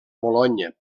bolonya